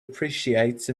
appreciate